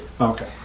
Okay